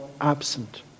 absent